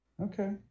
Okay